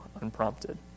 unprompted